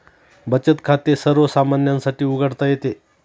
बचत खाते सर्वसामान्यांसाठी उघडता येते